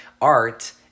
art